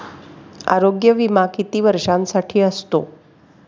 आरोग्य विमा किती वर्षांसाठी असतो?